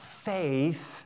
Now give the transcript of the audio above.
faith